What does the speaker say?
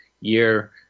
year